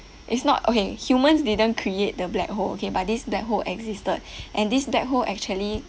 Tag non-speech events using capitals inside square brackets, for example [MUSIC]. it's not okay humans didn't create the black hole okay but this black hole existed [BREATH] and this black hole actually